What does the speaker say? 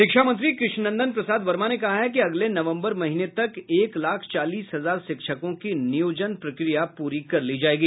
शिक्षा मंत्री कृष्णनंदन प्रसाद वर्मा ने कहा है कि अगले नवम्बर महीने तक एक लाख चालीस हजार शिक्षकों की नियोजन प्रक्रिया पूरी कर ली जायेगी